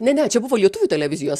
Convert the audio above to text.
ne ne čia buvo lietuvių televizijos